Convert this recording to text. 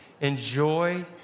enjoy